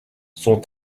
son